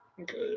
Okay